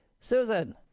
Susan